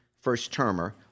first-termer